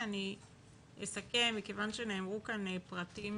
מכיוון שנאמרו כאן פרטים